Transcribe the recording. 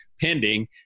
pending